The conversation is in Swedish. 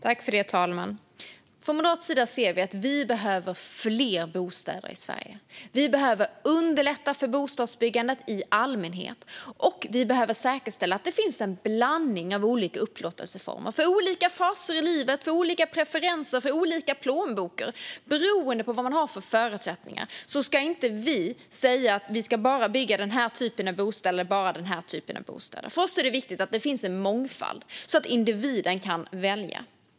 Herr talman! Från Moderaternas sida ser vi att vi behöver fler bostäder i Sverige. Vi behöver underlätta bostadsbyggandet i allmänhet, och vi behöver säkerställa att det finns en blandning av olika upplåtelseformer för olika faser i livet, olika preferenser och olika plånböcker och beroende på vad man har för förutsättningar. Därför ska vi inte säga att man bara ska bygga en viss typ av bostäder. För oss är det viktigt att det finns en mångfald, så att individen kan välja.